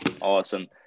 awesome